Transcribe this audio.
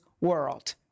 world